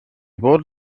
bod